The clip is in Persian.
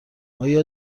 آیا